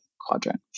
quadrant